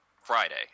Friday